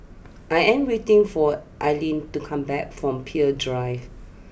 I am waiting for Ailene to come back from Peirce Drive